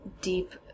deep